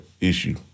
issue